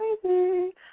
crazy